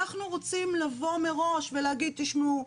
אנחנו רוצים לבוא מראש ולהגיד 'תשמעו,